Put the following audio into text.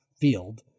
field